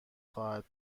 خواهد